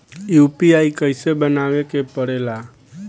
UPI कइसे बनावे के परेला?